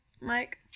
Mike